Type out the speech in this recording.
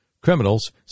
criminals